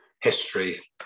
history